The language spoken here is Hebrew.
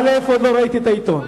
עוד לא ראיתי את העיתון,